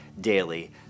daily